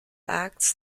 acts